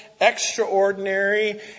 extraordinary